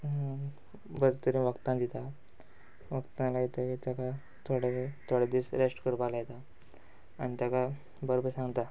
बरे तरेन वखदां दिता वखदां लायता ताका थोडे थोडे दीस रेस्ट करपाक लायता आनी ताका बरें बरें सांगता